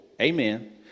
Amen